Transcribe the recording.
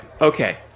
Okay